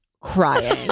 crying